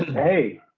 hey.